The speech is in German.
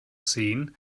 sehen